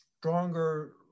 stronger